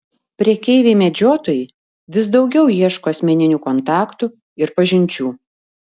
prekeiviai medžiotojai vis daugiau ieško asmeninių kontaktų ir pažinčių